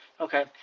Okay